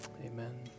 amen